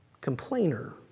complainer